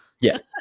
Yes